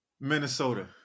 Minnesota